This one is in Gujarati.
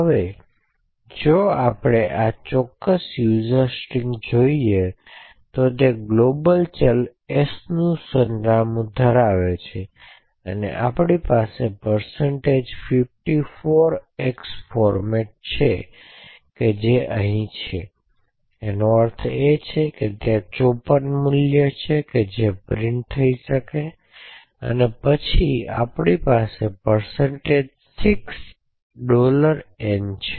હવે જો આપણે આ ચોક્કસ user string જોઇયે તો તે ગ્લોબલ ચલ s નું સરનામું ધરાવે છે આપની પાસે 54x ફૉર્મટ છે જે અહીં છે જેનો અર્થ છે કે ત્યાં 54 મૂલ્ય છે જે પ્રિન્ટ થઈ શકે છે અને પછી આપની પાસે 6 n છે